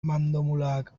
mandomulak